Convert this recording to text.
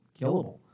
killable